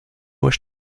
wish